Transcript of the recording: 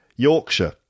Yorkshire